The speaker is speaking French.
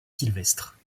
sylvestre